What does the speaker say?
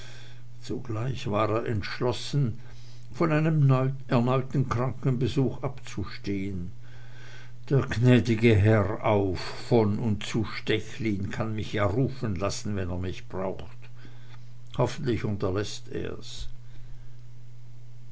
zugleich war er entschlossen von einem erneuten krankenbesuch abzustehen der gnäd'ge herr auf von und zu stechlin kann mich ja rufen lassen wenn er mich braucht hoffentlich unterläßt er's